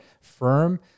firm